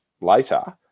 later